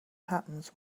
happens